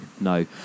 no